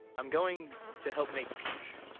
i'm going to help make peace.